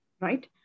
right